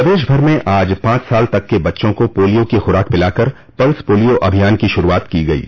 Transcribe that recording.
प्रदेश भर में आज पांच साल तक के बच्चों को पोलियो की खुराक पिलाकर पल्स पोलियो अभियान की शुरूआत की गयी